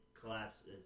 collapses